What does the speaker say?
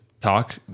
talk